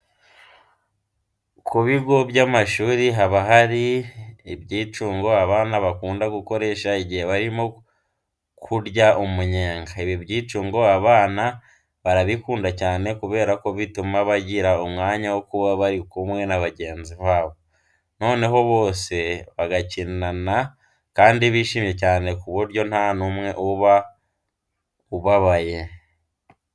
Ku bigo by'amashuri haba hari ibyicungo abana bakunda gukoresha igihe barimo kurya umunyenga. Ibi byicungo abana barabikunda cyane kubera ko bituma bagira umwanya wo kuba bari kumwe na bagenzi babo, noneho bose bagakinana kandi bishimye cyane ku buryo nta n'umwe uba ubabaye.